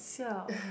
siao